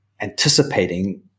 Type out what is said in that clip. anticipating